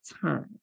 time